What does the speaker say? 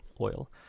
oil